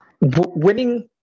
Winning